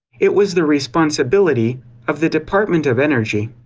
it was the responsibility of the department of energy.